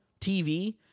TV